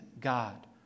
God